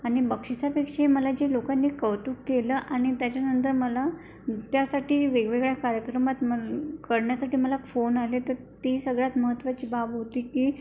आणि बक्षिसापेक्षाही मला जे लोकांनी कौतुक केलं आणि त्याच्यानंतर मला त्यासाठी वेगवेगळ्या कार्यक्रमात करण्यासाठी मला फोन आले तर ती सगळ्यात महत्त्वाची बाब होती की